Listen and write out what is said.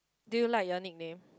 do you like your nickname